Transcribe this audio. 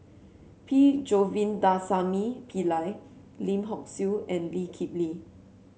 P Govindasamy Pillai Lim Hock Siew and Lee Kip Lee